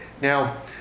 Now